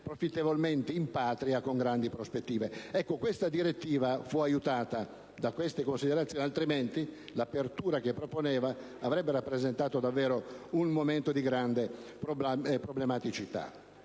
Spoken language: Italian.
profittevolmente in Patria con grandi prospettive. Questa direttiva fu aiutata da queste considerazioni, altrimenti l'apertura che proponeva avrebbe rappresentato davvero un momento di grande problematicità.